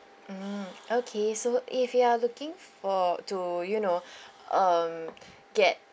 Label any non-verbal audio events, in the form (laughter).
mm okay so if you are looking for to you know (breath) um (breath) get